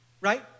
right